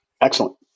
Excellent